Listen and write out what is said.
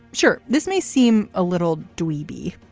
sure this may seem a little dweeby,